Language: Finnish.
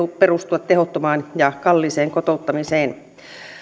perustua tehottomaan ja kalliiseen kotouttamiseen